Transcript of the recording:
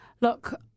Look